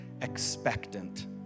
expectant